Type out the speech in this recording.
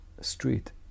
street